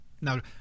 Now